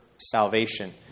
salvation